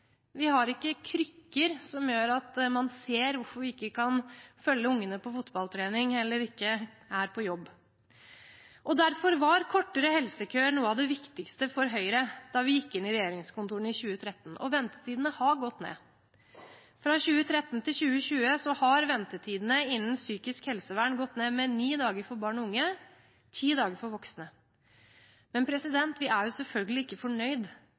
Vi har ikke krykker som gjør at man ser hvorfor vi ikke kan følge ungene på fotballtrening eller ikke er på jobb. Derfor var kortere helsekøer noe av det viktigste for Høyre da vi gikk inn i regjeringskontorene i 2013, og ventetidene har gått ned. Fra 2013 til 2020 har ventetidene innen psykisk helsevern gått ned med ni dager for barn og unge, ti dager for voksne. Men vi er selvfølgelig ikke